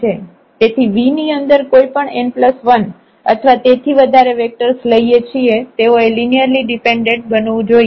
તેથી V ની અંદર કોઈ પણ n1 અથવા તેથી વધારે વેક્ટર્સ લઈએ છીએ તેઓએ લિનિયરલી ડિપેન્ડેન્ટ બનવું જોઈએ